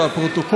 לציין,